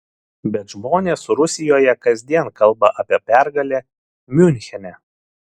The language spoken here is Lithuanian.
bet žmonės rusijoje kasdien kalba apie pergalę miunchene